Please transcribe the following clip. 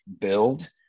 build